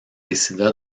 décida